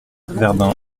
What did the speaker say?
verdun